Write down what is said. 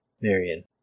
Marion